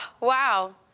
wow